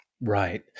Right